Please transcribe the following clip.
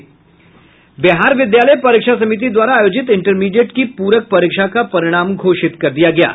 बिहार विद्यालय परीक्षा समिति द्वारा आयोजित इंटरमीडिएट की पूरक परीक्षा का परिणाम घोषित कर दिया गया है